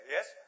Yes